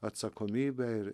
atsakomybę ir